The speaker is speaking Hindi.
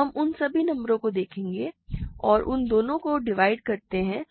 हम उन सभी नंबरों को देखते हैं जो उन दोनों को डिवाइड करते हैं